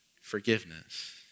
forgiveness